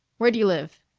where d'you live?